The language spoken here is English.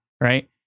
right